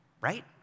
right